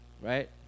right